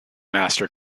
master